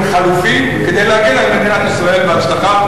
חלופי כדי להגן על מדינת ישראל בהצלחה,